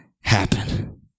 happen